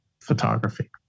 photography